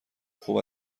خوب